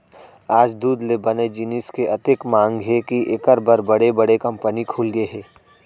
आज दूद ले बने जिनिस के अतेक मांग हे के एकर बर बड़े बड़े कंपनी खुलगे हे